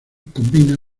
combina